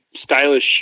stylish